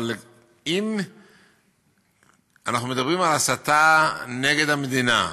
אבל אם אנחנו מדברים על הסתה נגד המדינה,